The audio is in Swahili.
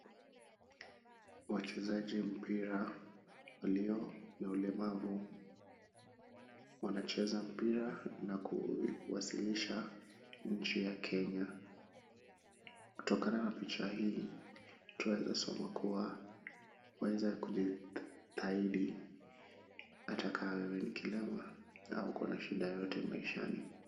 Wachezaji mpira walio na ulemavu wanacheza mpira na kuwasilisha nchi ya Kenya. Kutokana na picha hii, twaweza sema kuwa maisha ya kujitahidi hata kama wewe ni kilema au uko na shida yoyote maishani.